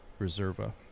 Reserva